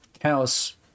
house